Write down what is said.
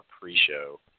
pre-show